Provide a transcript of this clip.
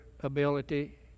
ability